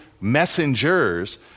messengers